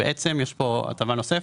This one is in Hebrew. בעצם, יש פה הטבה נוספת.